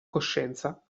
coscienza